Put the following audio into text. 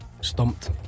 Stumped